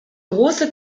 große